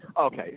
Okay